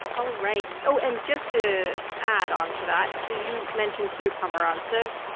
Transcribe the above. all right. oh, and just to add onto that, so you mentioned peter pomerantsev.